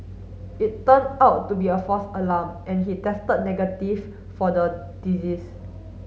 it turned out to be a false alarm and he tested negative for the disease